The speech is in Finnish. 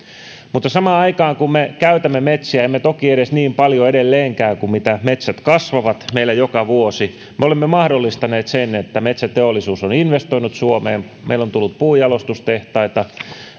mutta samaan aikaan kun me käytämme metsiämme emme toki edes niin paljon edelleenkään kuin mitä metsät kasvavat meillä joka vuosi me olemme mahdollistaneet sen että metsäteollisuus on investoinut suomeen meillä suomessa on tullut puunjalostustehtaita